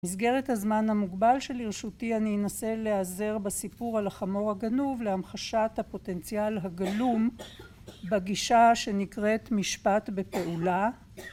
מסגרת הזמן המוגבל שלרשותי אני אנסה להעזר בסיפור על החמור הגנוב להמחשת הפוטנציאל הגלום בגישה שנקראת משפט בפעולה